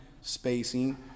spacing